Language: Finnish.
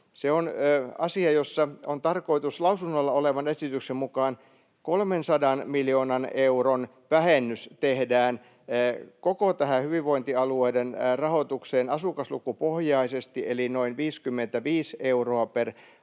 Se on asia, jossa on tarkoitus lausunnoilla olevan esityksen mukaan, että 300 miljoonan euron vähennys tehdään koko tähän hyvinvointialueiden rahoitukseen asukaslukupohjaisesti, [Sari Sarkomaa: